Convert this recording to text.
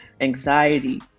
anxiety